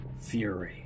fury